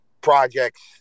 projects